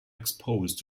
exposed